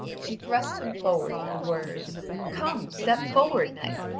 she thrust him forward with the words come, step forward, knight,